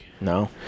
No